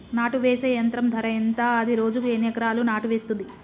నాటు వేసే యంత్రం ధర ఎంత? అది రోజుకు ఎన్ని ఎకరాలు నాటు వేస్తుంది?